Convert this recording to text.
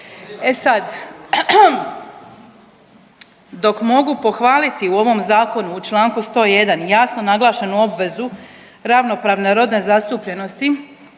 E sad dok mogu pohvaliti u ovom zakonu u čl. 101. jasno naglašenu obvezu ravnopravne rodne zastupljenosti